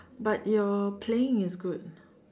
but your playing is good